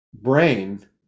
brain